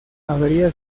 habría